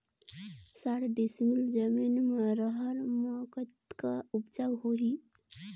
साठ डिसमिल जमीन म रहर म कतका उपजाऊ होही?